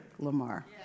Lamar